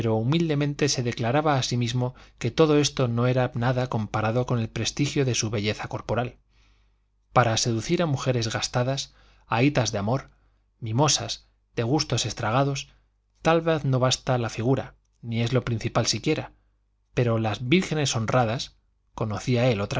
humildemente se declaraba a sí mismo que todo esto no era nada comparado con el prestigio de su belleza corporal para seducir a mujeres gastadas ahítas de amor mimosas de gustos estragados tal vez no basta la figura ni es lo principal siquiera pero las vírgenes honradas